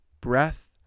breath